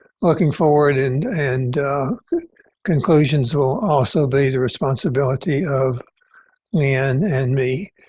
looking forward and and conclusions will also be the responsibility of leigh ann and me.